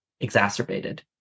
exacerbated